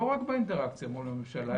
לא רק באינטראקציה מול הממשלה,